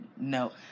no